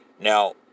Now